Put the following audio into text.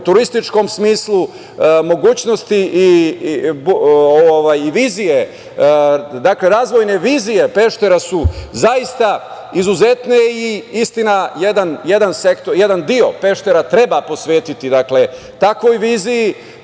turističkom smislu mogućnosti i razvojne vizije Peštera su zaista izuzetne. Istina, jedan deo Peštera treba posvetiti takvoj viziji